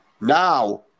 Now